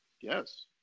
Yes